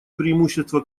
преимущества